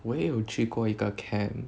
我也有去过一个 camp